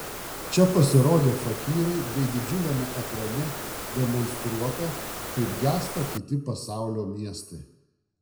čia pasirodė fakyrai bei didžiuliame ekrane demonstruota kaip gęsta kiti pasaulio miestai